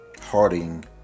Harding